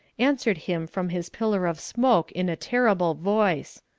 answered him from his pillar of smoke in a terrible voice.